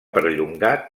perllongar